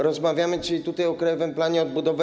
Rozmawiamy dzisiaj o Krajowym Planie Odbudowy.